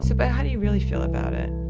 so, but how do you really feel about it?